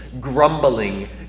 grumbling